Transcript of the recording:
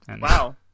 Wow